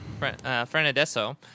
Frenadeso